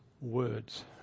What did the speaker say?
words